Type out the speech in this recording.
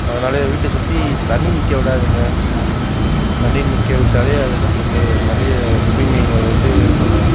அதனாலே வீட்டை சுற்றி தண்ணி நிற்கவுடாதிங்க தண்ணி நிற்கவுட்டாலே அது நம்மளுக்கு நிறைய கிருமிகள் வந்து ஏற்படும்